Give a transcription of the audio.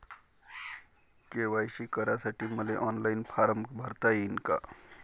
KYC करासाठी मले online form भरता येईन का?